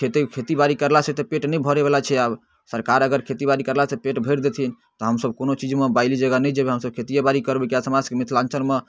खेते खेतीबाड़ी करलासँ तऽ पेट नहि भरैवला छै आब सरकार अगर खेतीबाड़ी करलासँ पेट भरि देथिन तऽ हमसभ कोनो चीजमे बाइली जगह नहि जेबै हमसभ खेतिएबाड़ी करबै किएक से हमरासभके मिथिलाञ्चलमे